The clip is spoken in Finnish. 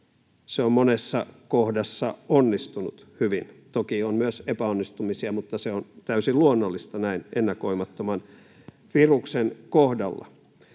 monessa kohdassa onnistunut hyvin — toki on myös epäonnistumisia, mutta se on täysin luonnollista näin ennakoimattoman viruksen kohdalla.